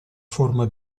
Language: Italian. forma